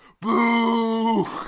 Boo